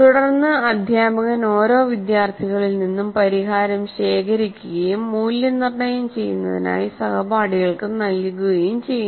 തുടർന്ന് അധ്യാപകൻ ഓരോ വിദ്യാർത്ഥികളിൽ നിന്നും പരിഹാരം ശേഖരിക്കുകയും മൂല്യനിർണ്ണയം ചെയ്യുന്നതിനായി സഹപാഠികൾക്ക് നൽകുകയും ചെയ്യുന്നു